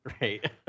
right